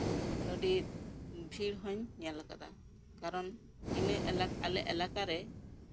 ᱟᱹᱰᱤ ᱵᱷᱤᱲ ᱦᱚᱧ ᱧᱮᱞ ᱠᱟᱫᱟ ᱠᱟᱨᱚᱱ ᱟᱞᱮ ᱮᱟᱠᱟ ᱨᱮ